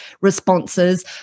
responses